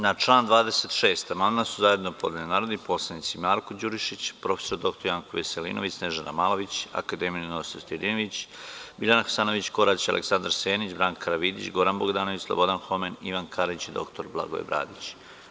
Na član 26. amandman su zajedno podneli narodni poslanici Marko Đurišić, prof. dr Janko Veselinović, Snežana Malović, akademik Ninoslav Stojadinović, Biljana Hasanović Korać, Aleksandar Senić, Branka Karavidić, Goran Bogdanović, Slobodan Homen, Ivan Karić i dr Blagoje Bradić.